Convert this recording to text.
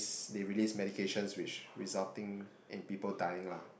they release medications which resulting in people dying lah